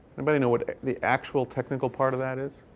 anybody know what the actual technical part of that is?